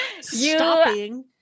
stopping